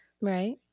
Right